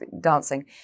dancing